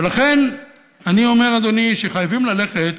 ולכן אני אומר, אדוני, שחייבים ללכת